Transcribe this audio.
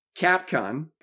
Capcom